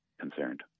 concerned